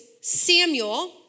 Samuel